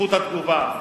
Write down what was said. זכות התגובה.